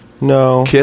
No